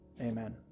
Amen